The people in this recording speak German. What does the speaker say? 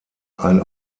ein